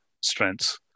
strengths